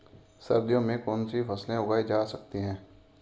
सर्दियों में कौनसी फसलें उगाई जा सकती हैं?